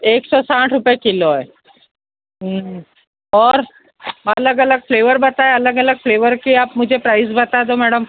एक सौ साठ रुपये किलो है और अलग अलग फ्लेवर बताएं अलग अलग फ्लेवर के आप मुझे प्राइज़ बता दो मैडम